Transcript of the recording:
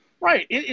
Right